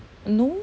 no